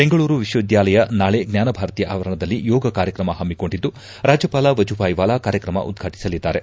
ಬೆಂಗಳೂರು ವಿಶ್ವವಿದ್ಯಾಲಯ ನಾಳೆ ಜ್ಞಾನಭಾರತಿ ಆವರಣದಲ್ಲಿ ಯೋಗ ಕಾರ್ಯಕ್ರಮ ಪಮ್ಮಿಕೊಂಡಿದ್ದು ರಾಜ್ಯವಾಲ ವಜೂಭಾಯಿ ವಾಲಾ ಕಾರ್ಯಕ್ರಮ ಉದ್ಘಾಟಿಸಲಿದ್ದಾರೆ